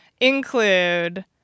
include